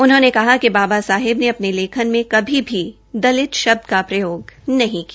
उनहोंने कहा कि बाबा साहेब ने अपने लेखन में कभी भी दलित शब्द का प्रयोग नहीं किया